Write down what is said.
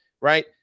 right